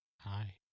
Hi